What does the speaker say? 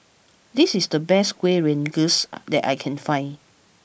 this is the best Kuih Rengas that I can find